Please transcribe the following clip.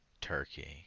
Turkey